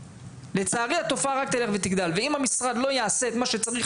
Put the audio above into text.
לצערי התופעה רק תלך ותגדל ואם המשרד לא יעשה את מה שצריך